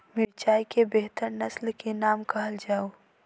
मिर्चाई केँ बेहतर नस्ल केँ नाम कहल जाउ?